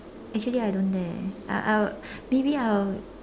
actually I don't dare I'll I'll maybe I'll